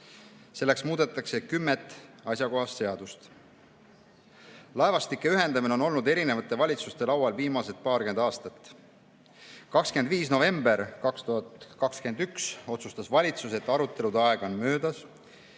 Selleks muudetakse kümmet asjakohast seadust. Laevastike ühendamine on olnud erinevate valitsuste laual viimased paarkümmend aastat. 25. novembril 2021 otsustas valitsus, et arutelude aeg on möödas